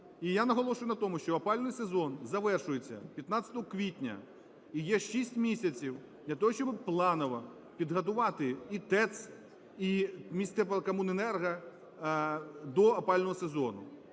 І я наголошую на тому, що опалювальний сезон завершується 15 квітня і є 6 місяців для того, щоби планово підготувати і ТЕЦ, іміськтеплокомуненерго до опалювального сезону.